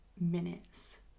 minutes